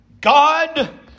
God